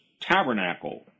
tabernacle